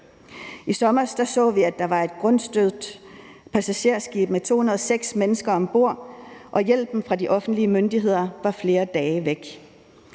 I sommer så vi, at der var et grundstødt passagerskib med 206 mennesker om bord, og at hjælpen fra de offentlige myndigheders side var flere dage væk.